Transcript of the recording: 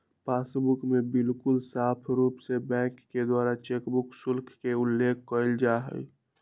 passbook में बिल्कुल साफ़ रूप से बैंक के द्वारा चेकबुक शुल्क के उल्लेख कइल जाहई